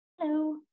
Hello